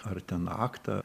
ar ten aktą